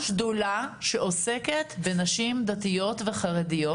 שדולה שעוסקת בנשים דתיות וחרדיות,